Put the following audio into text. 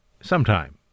Sometime